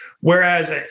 Whereas